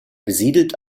besiedelt